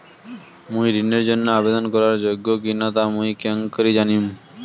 মুই ঋণের জন্য আবেদন করার যোগ্য কিনা তা মুই কেঙকরি জানিম?